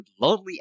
lonely